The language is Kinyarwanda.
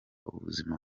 ubuzima